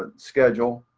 ah schedule,